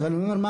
אבל אני ממשיך,